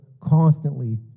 constantly